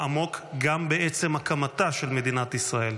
עמוק גם בעצם הקמתה של מדינת ישראל.